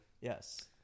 Yes